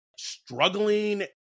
struggling